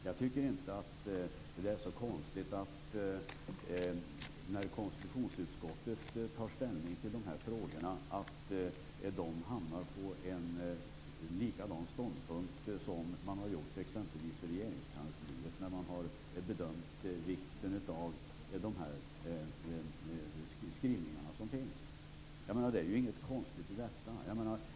Jag tycker inte att det är så konstigt att konstitutionsutskottet när det tar ställning till de här frågorna hamnar på en likadan ståndpunkt som man har gjort exempelvis i Regeringskansliet när man har bedömt vikten av de skrivningar som finns. Det är inget konstigt i detta.